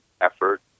effort